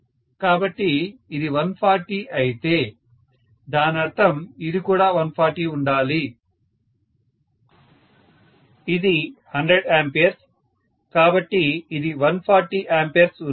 కాబట్టి ఇది 140 అయితే దానర్థం ఇది కూడా 140 ఉండాలి ఇది 100 A కాబట్టి ఇది 140 A ఉండాలి